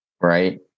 Right